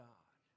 God